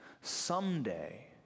Someday